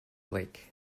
lake